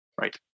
Right